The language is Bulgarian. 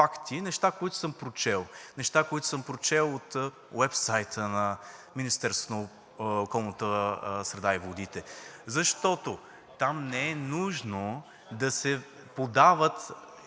неща, които съм прочел, неща, които съм прочел от уебсайта на Министерството на околната среда и водите, защото там не е нужно да се подават